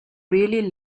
really